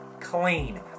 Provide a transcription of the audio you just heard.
clean